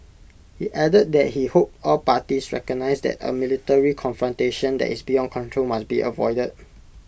he added that he hoped all parties recognise that A military confrontation that is beyond control must be avoided